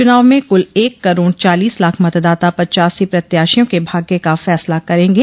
चुनाव में कुल एक करोड़ चालीस लाख मतदाता पच्चासी प्रत्याशियों के भाग्य का फैसला करेंगे